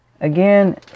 Again